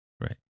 right